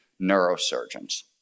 neurosurgeons